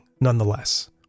Nonetheless